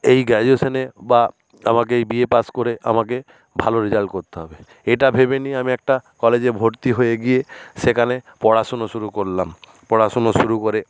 এই গ্রাজুয়েশানে বা আমাকে এই বিএ পাস করে আমাকে ভালো রেজাল করতে হবে এটা ভেবে নিয়ে আমি একটা কলেজে ভর্তি হয়ে গিয়ে সেখানে পড়াশুনো শুরু করলাম পড়াশুনো শুরু করে